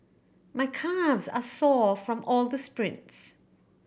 my calves are sore from all the sprints